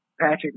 Patrick